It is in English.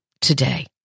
today